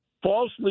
Falsely